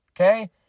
Okay